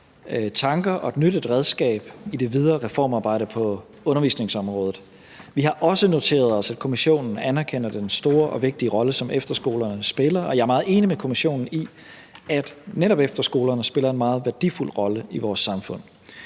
tanker og et nyttigt redskab i det videre reformarbejde på undervisningsområdet. Vi har også noteret os, at kommissionen anerkender den store og vigtige rolle, som efterskolerne spiller, og jeg er meget enig med kommissionen i, at netop efterskolerne spiller en meget værdifuld rolle i vores samfund.